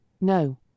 no